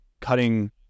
cutting